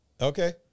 Okay